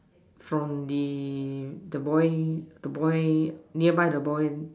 from the the boy the boy nearby the boy